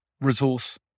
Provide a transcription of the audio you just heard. resource